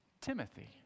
Timothy